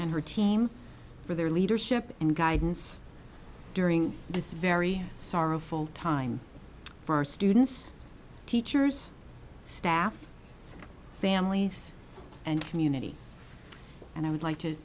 and her team for their leadership and guidance during this very sorrowful time for our students teachers staff families and community and i would like to